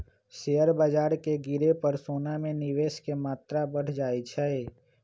share बाजार के गिरे पर सोना में निवेश के मत्रा बढ़ जाइ छइ